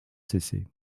cessé